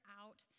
out